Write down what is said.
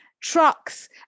trucks